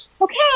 okay